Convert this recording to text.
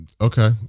Okay